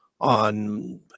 on